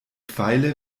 pfeile